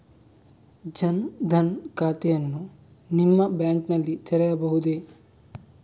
ಜನ ದನ್ ಖಾತೆಯನ್ನು ನಿಮ್ಮ ಬ್ಯಾಂಕ್ ನಲ್ಲಿ ತೆರೆಯಬಹುದೇ?